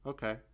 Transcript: Okay